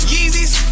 Yeezys